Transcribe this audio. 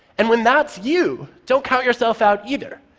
and when that's you, don't count yourself out either.